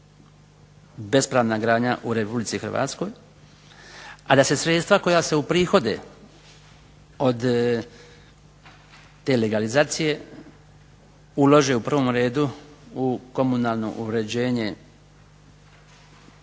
bespravna gradnja u Republici Hrvatskoj a da se sredstva koja se uprihode od te legalizacije ulože u prvom redu u komunalno uređenje